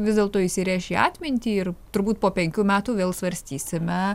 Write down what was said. vis dėlto įsirėš į atmintį ir turbūt po penkių metų vėl svarstysime